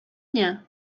nie